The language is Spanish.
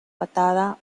patada